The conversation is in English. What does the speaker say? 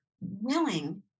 willing